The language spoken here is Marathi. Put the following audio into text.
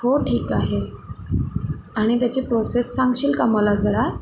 हो ठीक आहे आणि त्याची प्रोसेस सांगशील का मला जरा